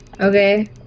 Okay